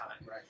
Right